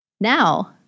Now